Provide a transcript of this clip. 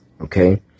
Okay